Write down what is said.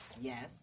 Yes